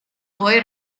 poi